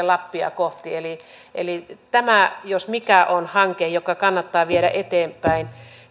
lappia kohti tämä jos mikä on hanke joka kannattaa viedä eteenpäin